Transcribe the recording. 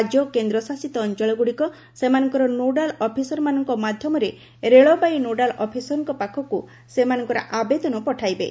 ରାଜ୍ୟ ଓ କେନ୍ଦ୍ରଶାସିତ ଅଞ୍ଚଳଗୁଡ଼ିକ ସେମାନଙ୍କର ନୋଡାଲ ଅଫିସରଙ୍କ ମାଧ୍ୟମରେ ରେଳବାଇ ନୋଡାଲ ଅଫିସରଙ୍କ ପାଖକୁ ସେମାନଙ୍କର ଆବେଦନ ପଠାଇବେ